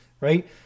right